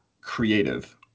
creative